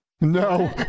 no